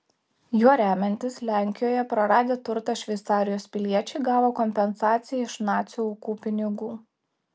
juo remiantis lenkijoje praradę turtą šveicarijos piliečiai gavo kompensaciją iš nacių aukų pinigų